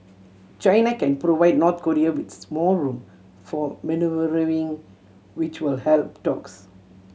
China can provide North Korea with more room for manoeuvring which will help talks